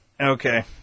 Okay